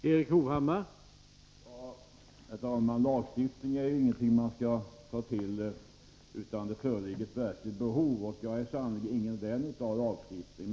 Herr talman! Lagstiftning är ju inget man skall ta till utan att det föreligger ett verkligt behov. Jag är sannerligen ingen vän av lagstiftning.